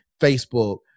Facebook